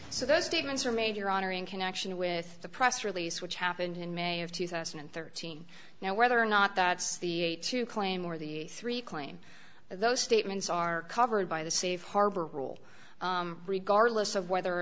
so those statements are made your honor in connection with the press release which happened in may of two thousand and thirteen now whether or not that's the way to claim or the three claim those statements are covered by the safe harbor rule regardless of whether or